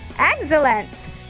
Excellent